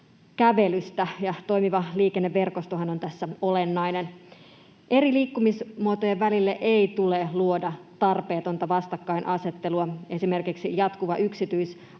ja toimiva liikenneverkostohan on tässä olennainen. Eri liikkumismuotojen välille ei tule luoda tarpeetonta vastakkainasettelua. Esimerkiksi jatkuva yksityisautoilun